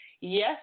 Yes